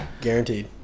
guaranteed